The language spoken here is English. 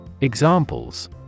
Examples